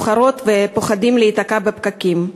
השעות מאוחרות והם פוחדים להיתקע בפקקים.